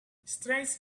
strange